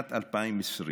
בשנת 2020,